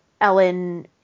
Ellen